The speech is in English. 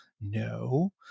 No